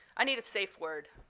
i need a safe word.